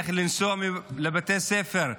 איך לנסוע לבתי ספר,